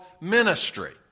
ministry